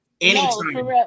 Anytime